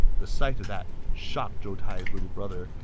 the sight of that shocked zhou tai's little brother,